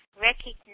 Recognize